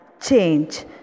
change